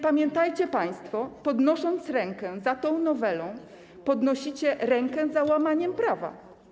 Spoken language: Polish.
Pamiętajcie państwo, podnosząc rękę za tą nowelą, ponosicie rękę za łamaniem prawa.